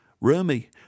Rumi